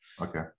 Okay